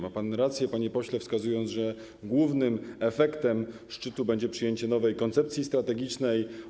Ma pan rację, panie pośle, wskazując, że głównym efektem szczytu będzie przyjęcie nowej koncepcji strategicznej.